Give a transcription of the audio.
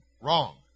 Wrong